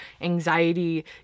anxiety